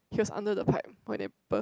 he was under the pipe when it burst